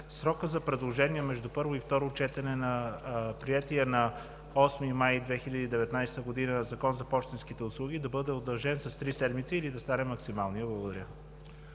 срокът за предложения между първо и второ четене на приетия на 8 май 2019 г. Закон за пощенските услуги да бъде удължен с три седмици или да стане максималният. Благодаря.